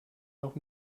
noch